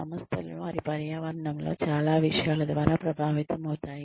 సంస్థలు వారి పర్యావరణంలో చాలా విషయాల ద్వారా ప్రభావితమవుతాయి